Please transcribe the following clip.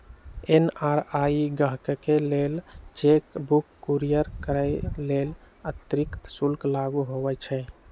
NRI गाहकके लेल cheque book courier करय लेल अतिरिक्त शुल्क लागू होइ छइ